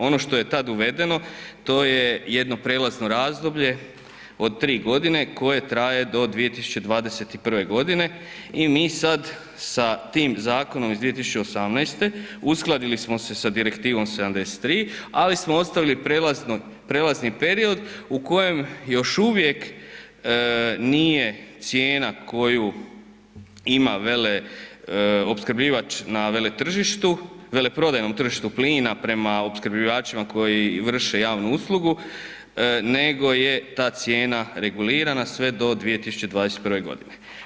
Ono što je tad uvedeno to je jedno prelazno razdoblje od 3 godine koje traje do 2021. godine i mi sad sa tim zakonom iz 2018. uskladili smo se sa Direktivnom 73, ali smo ostavili prelazni period u kojem još uvijek nije cijena koju ima veleopskrbljivač na veletržištu, veleprodajnom tržištu plina prema opskrbljivačima koji vrše javnu uslugu nego je ta cijena regulirana sve do 2021. godine.